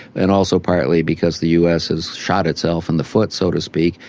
and also partly because the us has shot itself in the foot, so to speak,